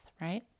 right